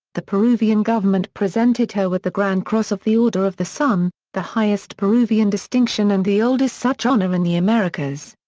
the peruvian government presented her with the grand cross of the order of the sun, the highest peruvian distinction and the oldest such honor in the americas.